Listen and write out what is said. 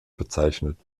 bezeichnet